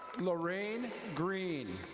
lorraine green.